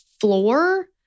floor